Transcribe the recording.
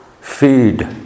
Feed